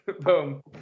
Boom